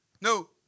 No